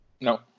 no